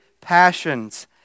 passions